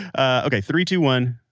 ah okay. three, two, one,